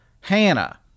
hannah